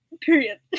Period